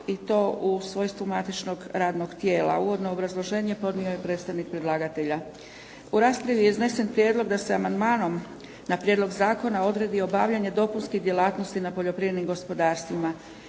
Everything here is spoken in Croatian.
i to u svojstvu matičnog radnog tijela, uvodno obrazloženje podnio je predstavnik predlagatelja. U raspravi je iznesen prijedlog da se amandmanom na prijedlog Zakona odredi obavljanje dopunskih djelatnosti na poljoprivrednim gospodarstvima.